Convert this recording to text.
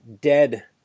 dead